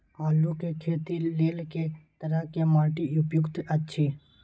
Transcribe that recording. आलू के खेती लेल के तरह के माटी उपयुक्त अछि?